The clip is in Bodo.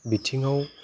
बिथिंआव